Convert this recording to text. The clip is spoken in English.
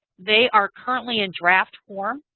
they are currently in draft form.